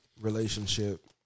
relationship